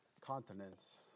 continents